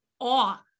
awe